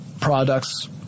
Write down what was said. products